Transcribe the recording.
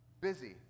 Busy